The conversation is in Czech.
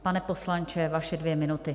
Pane poslanče, vaše dvě minuty.